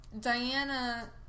Diana